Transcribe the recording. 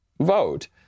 vote